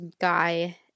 guy